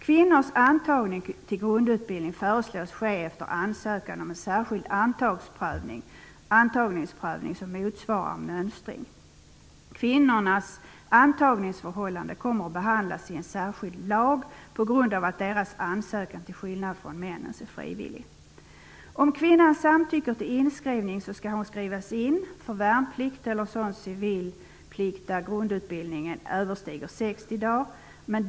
Kvinnors antagning till grundutbildning föreslås ske efter ansökan om en särskild antagningsprövning som motsvarar mönstring. Kvinnornas antagningsförhållanden kommer att behandlas i en särskild lag på grund av att deras ansökan är frivillig till skillnad från männens. Om kvinnan samtycker till inskrivning skall hon skrivas in för värnplikt eller sådan civil plikt där grundutbildningen överstiger 60 dagar.